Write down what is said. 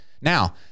Now